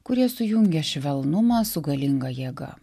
kurie sujungia švelnumą su galinga jėga